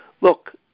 Look